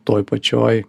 toj pačioj